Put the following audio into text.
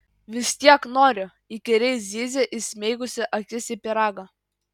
vis tiek noriu įkyriai zyzė įsmeigusi akis į pyragą